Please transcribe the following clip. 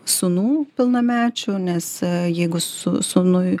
sūnų pilnamečių nes jeigu su sūnui